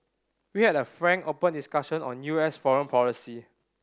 we had a frank open discussion on U S foreign policy